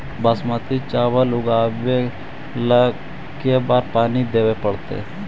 बासमती चावल उगावेला के बार पानी देवे पड़तै?